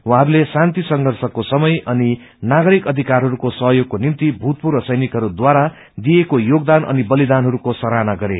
उहाँहस्ले शान्ति संप्रषको समय अनि नागरिक अधिकारीहरूको सहयोगको निम्ति भूतपूर्व सैनिकहरू ढारा दिइएको योगदान अनि बलिदानहरूको सराहना गरे